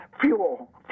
fuel